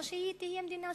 או שהיא תהיה מדינה שוויונית.